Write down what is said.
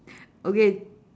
okay